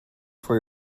for